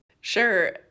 Sure